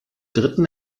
dritten